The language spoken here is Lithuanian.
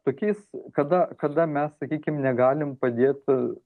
tokiais kada kada mes sakykim negalim padėt